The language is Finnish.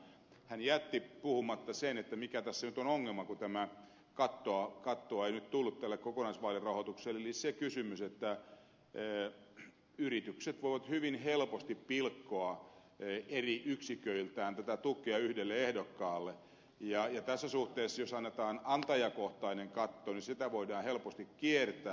hän jätti puhumatta siitä mikä tässä nyt on ongelma kun tätä kattoa ei nyt tullut tälle kokonaisvaalirahoitukselle eli siitä kysymyksestä että yritykset voivat hyvin helposti pilkkoa eri yksiköiltään tätä tukea yhdelle ehdokkaalle ja tässä suhteessa jos annetaan antajakohtainen katto sitä voidaan helposti kiertää